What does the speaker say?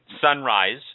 sunrise